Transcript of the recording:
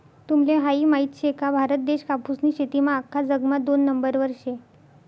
तुम्हले हायी माहित शे का, भारत देश कापूसनी शेतीमा आख्खा जगमा दोन नंबरवर शे